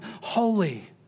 holy